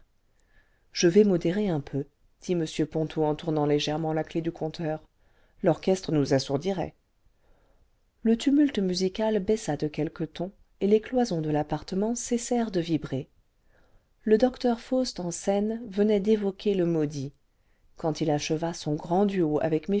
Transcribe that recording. je vais modérer un peu dit m ponto en tournant légèrement la clef du compteur l'orchestre nous assourdirait le tumulte musical baissa de quelques tons et les cloisons de l'appartement cessèrent de vibrer le docteur faust en scène venait d'évoquer le maudit quand il acheva son grand duo avec